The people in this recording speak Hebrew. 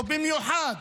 ובמיוחד